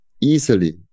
easily